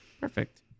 Perfect